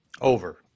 Over